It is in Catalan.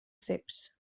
ceps